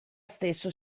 stesso